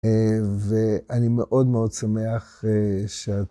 ואני מאוד מאוד שמח שאת...